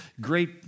great